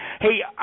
Hey